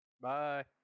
Bye